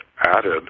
added